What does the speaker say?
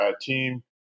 team